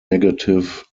negative